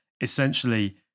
essentially